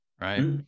right